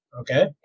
Okay